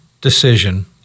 decision